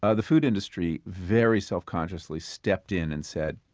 ah the food industry very self-consciously stepped in and said,